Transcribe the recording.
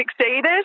succeeded